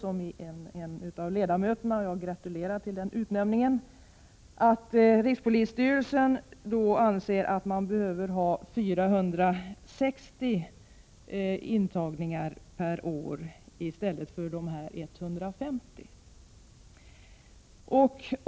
Som Sven Munke har framhållit anser rikspolisstyrelsen att man behöver ha 460 intagningar per år i stället för 150.